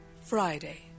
Friday